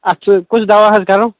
اَتھ چھِ کُس دَوا حظ کَرو